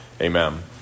Amen